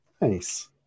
Nice